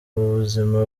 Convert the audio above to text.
buzima